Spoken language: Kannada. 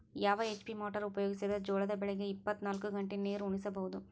ಯಾವ ಎಚ್.ಪಿ ಮೊಟಾರ್ ಉಪಯೋಗಿಸಿದರ ಜೋಳ ಬೆಳಿಗ ಇಪ್ಪತ ನಾಲ್ಕು ಗಂಟೆ ನೀರಿ ಉಣಿಸ ಬಹುದು?